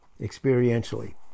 experientially